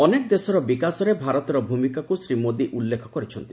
ଅନେକ ଦେଶର ବିକାଶରେ ଭାରତର ଭୂମିକାକୁ ଶ୍ରୀ ମୋଦି ଉଲ୍ଲେଖ କରିଛନ୍ତି